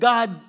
God